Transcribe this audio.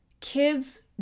kids